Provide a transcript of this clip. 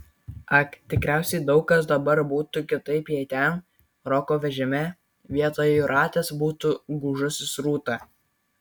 ak tikriausiai daug kas dabar būtų kitaip jei ten roko vežime vietoje jūratės būtų gūžusis rūta